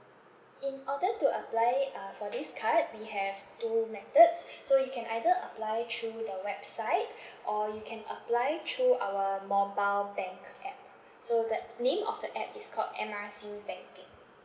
in order to apply uh for this card we have two methods so you can either apply through the website or you can apply through our mobile bank app so the name of the app is called M R C banking